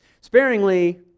Sparingly